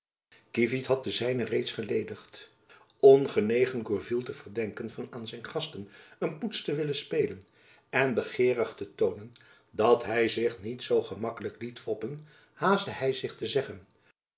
kievit had den zijne reeds geledigd ongenegen gourville te verdenken van aan zijn gasten een poets te willen spelen en begeerig om te toonen dat hy zich niet zoo gemakkelijk liet foppen haastte hy zich te zeggen